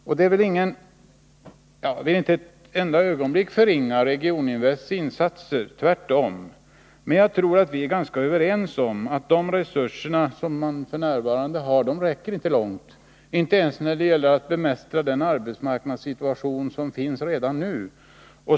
Jag vill inte ett ögonblick förringa Regioninvests betydelse, tvärtom, men jag tror att vi kan vara överens om att de resurser man f. n. har inte räcker långt när det gäller att bemästra den arbetsmarknadssituation som finns redan nu.